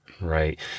Right